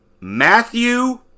Matthew